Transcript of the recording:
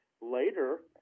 later